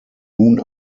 nun